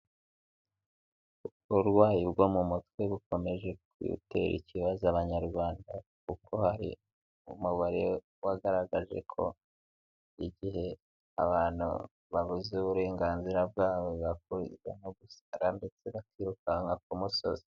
Uburwayi bwo mu mutwe bukomeje gutera ikibazo abanyarwanda kuko hari umubare wagaragajeko igihe abantu babuze uburenganzira bwabo bakurizamo gusara ndetse bakirukanka ku musozi.